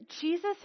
Jesus